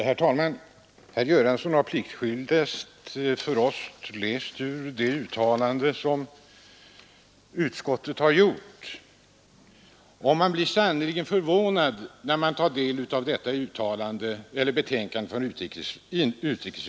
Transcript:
Herr talman! Herr Göransson har pliktskyldigast för oss läst ur det uttalande som utskottet har gjort. Man blir sannerligen förvånad, när man tar del av detta betänkande från utrikesutskottet.